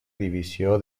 divisió